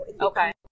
okay